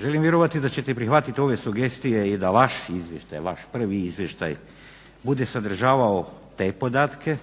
Želim vjerovati da ćete prihvatiti ove sugestije i da vaš izvještaj, vaš prvi izvještaj bude sadržavao te podatke,